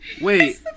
Wait